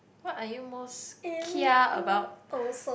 what are you most care about